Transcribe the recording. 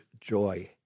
joy